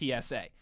PSA